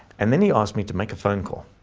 and then he asked me to make a phone call.